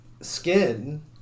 skin